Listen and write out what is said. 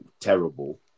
terrible